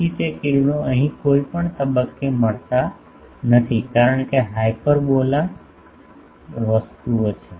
તેથી તે કિરણો અહીં કોઈ પણ તબક્કે મળતા નથી કારણ કે હાયપરબોલાસ વસ્તુઓ છે